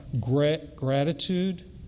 gratitude